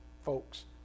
folks